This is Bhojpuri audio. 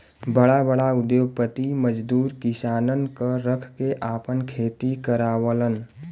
बड़ा बड़ा उद्योगपति मजदूर किसानन क रख के आपन खेती करावलन